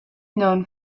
known